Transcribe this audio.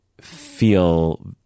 feel